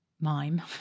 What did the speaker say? mime